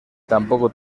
tampoco